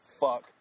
fuck